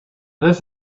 this